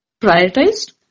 prioritized